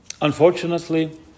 Unfortunately